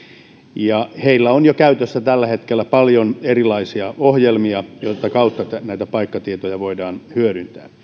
ja niillä on jo tällä hetkellä käytössä paljon erilaisia ohjelmia joiden kautta näitä paikkatietoja voidaan hyödyntää